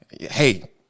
Hey